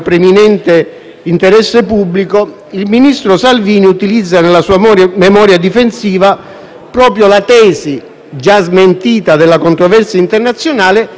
proprio la tesi, già smentita, della controversia internazionale, ma per giustificare la tutela di un interesse dello Stato costituzionalmente rilevante.